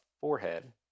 forehead